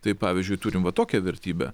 tai pavyzdžiui turim va tokią vertybę